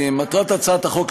מטרת הצעת החוק,